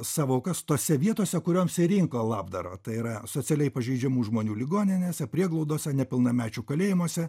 savo aukas tose vietose kurioms ir rinko labdarą tai yra socialiai pažeidžiamų žmonių ligoninėse prieglaudose nepilnamečių kalėjimuose